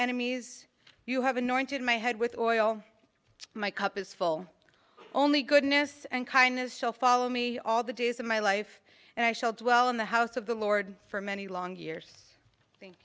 enemies you have anointed my head with oil my cup is full only goodness and kindness shall follow me all the days of my life and i shall dwell in the house of the lord for many long years thank